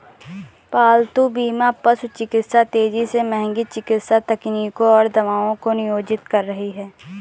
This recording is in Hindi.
पालतू बीमा पशु चिकित्सा तेजी से महंगी चिकित्सा तकनीकों और दवाओं को नियोजित कर रही है